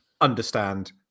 understand